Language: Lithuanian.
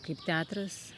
kaip teatras